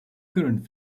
current